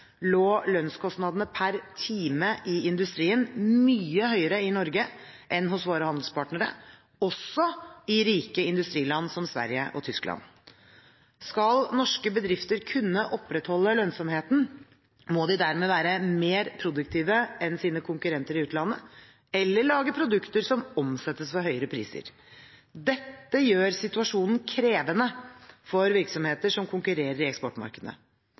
lå lønnskostnadene per time i industrien mye høyere i Norge enn hos våre handelspartnere, også høyere enn i rike industriland som Sverige og Tyskland. Skal norske bedrifter opprettholde lønnsomheten, må de være mer produktive enn sine konkurrenter i utlandet eller lage produkter som omsettes for høyere priser. Dette gjør situasjonen krevende for virksomheter som konkurrerer i